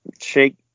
Shake